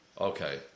Okay